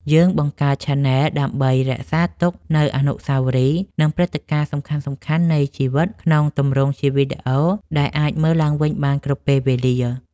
យើងបង្កើតឆានែលដើម្បីរក្សាទុកនូវអនុស្សាវរីយ៍ និងព្រឹត្តិការណ៍សំខាន់ៗនៃជីវិតក្នុងទម្រង់ជាវីដេអូដែលអាចមើលឡើងវិញបានគ្រប់ពេលវេលា។